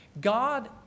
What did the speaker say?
God